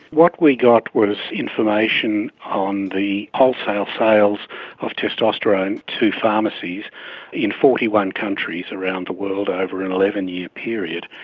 what we got was information on the wholesale sales of testosterone to pharmacies in forty one countries around the world over an eleven year period,